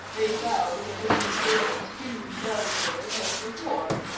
they fell within the same skewed bell curve as before,